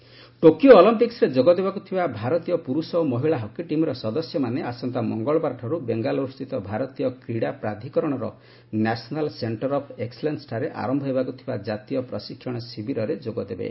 hockey Olympics Tokyo ଅଲମ୍ପିକ୍୍ୱରେ ଯୋଗଦେବାକୁ ଥିବା ଭାରତୀୟ ପୁରୁଷ ଓ ମହିଳା ହକି ଟିମ୍ର ସଦସ୍ୟମାନେ ଆସନ୍ତା ମଙ୍ଗଳବାରଠାରୁ ବେଙ୍ଗାଲୁରସ୍ଥିତ ଭାରତୀୟ କ୍ରୀଡ଼ା ପ୍ରାଧିକରଣର ନ୍ୟାସନାଲ ସେଣ୍ଟର ଅଫ୍ ଏକ୍କଲେନ୍ନଠାରେ ଆରମ୍ଭ ହେବାକୁ ଥିବା ଜାତୀୟ ପ୍ରଶିକ୍ଷଣ ଶିବିରରେ ଯୋଗଦେବେ